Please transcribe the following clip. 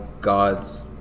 God's